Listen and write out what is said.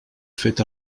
fet